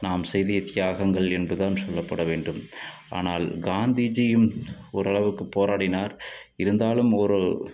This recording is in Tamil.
நாம் செய்தியை தியாகங்கள் என்றுதான் சொல்லப்பட வேண்டும் ஆனால் காந்திஜியும் ஓரளவுக்கு போராடினார் இருந்தாலும் ஒரு